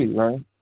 right